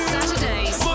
Saturdays